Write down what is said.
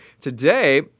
today